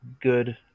good